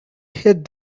hid